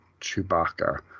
Chewbacca